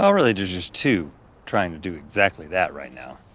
well, really, there's just two trying to do exactly that right now.